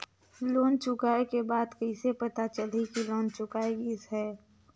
Loan चुकाय के बाद कइसे पता चलही कि लोन चुकाय गिस है?